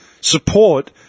support